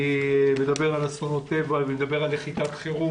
אני מדבר על אסונות טבע, על נחיתת חירום